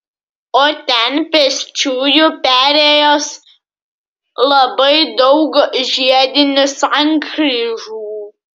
o ten pėsčiųjų perėjos labai daug žiedinių sankryžų